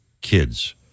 kids